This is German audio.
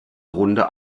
runde